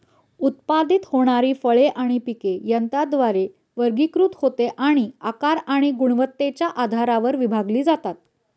उत्पादित होणारी फळे आणि पिके यंत्राद्वारे वर्गीकृत होते आणि आकार आणि गुणवत्तेच्या आधारावर विभागली जातात